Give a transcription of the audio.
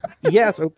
yes